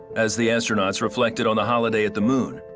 as the astronauts reflected on the holiday at the moon,